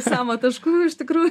samo taškų iš tikrų